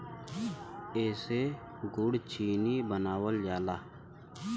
एसे गुड़ चीनी बनावल जाला